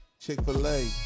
Chick-fil-A